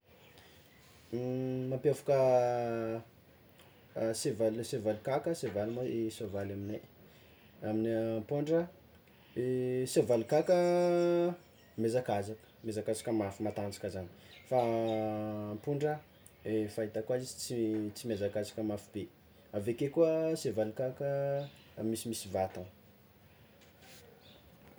Mampiavaka sevaly sevaly kaka, sevala ma e soavaly amignay amine ampôndra, e sevaly kaka miazakazaka, miazakazaka mafy matanjaka zany, fa ampondra fahitako azy izy tsy tsy miazakazaka mafy be aveke koa sevaly kaka misimisy vatagna.